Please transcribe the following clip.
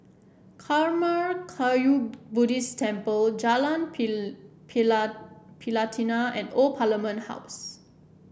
Karma Kagyud Buddhist Temple Jalan Pelatina and Old Parliament House